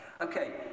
Okay